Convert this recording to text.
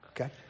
Okay